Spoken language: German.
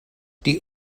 die